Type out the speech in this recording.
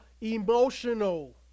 emotional